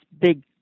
big